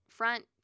front